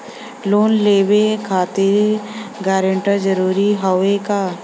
Loan लेवब खातिर guarantor जरूरी हाउ का?